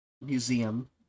museum